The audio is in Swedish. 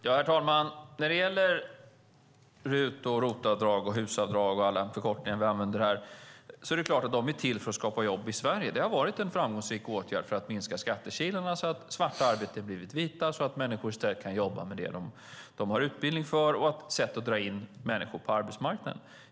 Herr talman! När det gäller avdrag för RUT, ROT och HUS och alla andra förkortningar vi använder är det klart att de är till för att skapa jobb i Sverige. Det har varit en framgångsrik åtgärd för att minska skattekilarna så att svarta arbeten har blivit vita och människor i stället kan jobba med det de har utbildning för. Det är ett sätt att dra in människor på arbetsmarknaden.